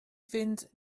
fynd